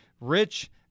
Rich